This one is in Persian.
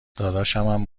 دادشمم